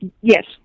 Yes